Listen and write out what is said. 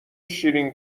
شیرین